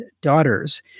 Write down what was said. Daughters